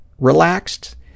relaxed